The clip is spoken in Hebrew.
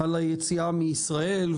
על היציאה מישראל,